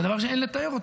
זה דבר שאין לתאר.